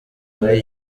muri